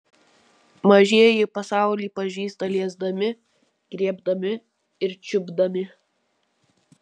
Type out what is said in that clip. mažieji pasaulį pažįsta liesdami griebdami ir čiupdami